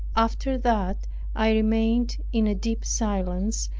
after that i remained in a deep silence,